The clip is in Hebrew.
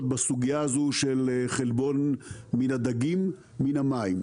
בסוגיה הזו של חלבון מן הדגים ומן המים.